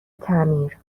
تعمیر